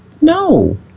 no